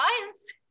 science